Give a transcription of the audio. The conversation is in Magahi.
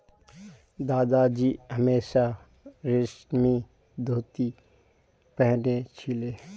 दादाजी हमेशा रेशमी धोती पह न छिले